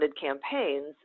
campaigns